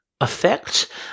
effect